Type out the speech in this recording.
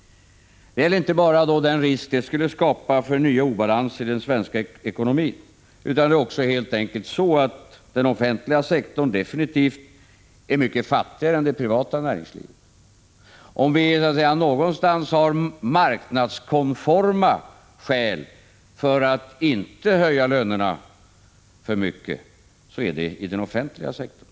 Det gäller då inte bara den risk det skulle skapa för nya obalanser i den svenska ekonomin, utan det är också helt enkelt så att den offentliga sektorn definitivt är mycket fattigare än det privata näringslivet. Om det någonstans finns marknadskonforma skäl för att inte höja lönerna för mycket, så är det inom den offentliga sektorn.